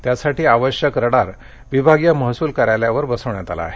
त्यासाठी आवश्यक रडार विभागीय महसूल कार्यालयावर बसवण्यात आलं आहे